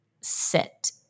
sit